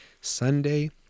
Sunday